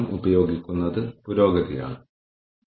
ഇടയ്ക്കിടെ നിങ്ങൾക്ക് അപകടങ്ങൾ ഉണ്ടായേക്കാം